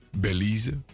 belize